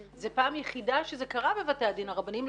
זו פעם יחידה שזה קרה בבתי הדין הרבניים,